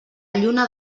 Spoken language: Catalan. lluna